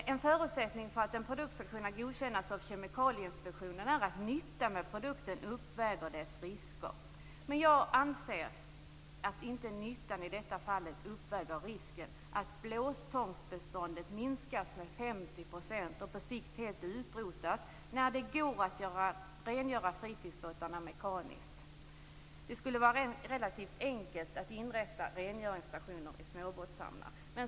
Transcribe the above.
En förutsättning för att en produkt skall kunna godkännas av Kemikalieinspektionen är att nyttan av produkten uppväger dess risker. Jag anser att nyttan i detta fall inte uppväger risken att blåstångsbeståndet minskas med 50 % och på sikt helt utrotas, när det går att rengöra fritidsbåtarna mekaniskt. Det skulle vara relativt enkelt att inrätta rengöringsstationer i småbåtshamnar.